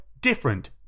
different